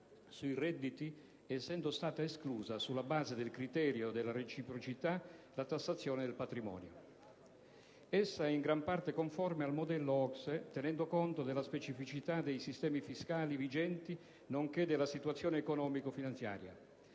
sui redditi, essendo stata esclusa, sulla base del criterio della reciprocità, la tassazione del patrimonio. Essa è in gran parte conforme al modello OCSE, tenendo conto delle specificità dei sistemi fiscali vigenti, nonché della situazione economico-finanziaria.